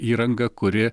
įranga kuri